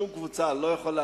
שום קבוצה לא יכולה,